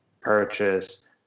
purchase